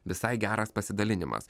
visai geras pasidalinimas